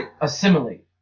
assimilate